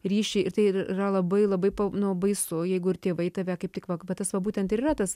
ryšį ir tai yra labai labai pa nu baisu jeigu ir tėvai tave kaip tik va va tas va būtent ir yra tas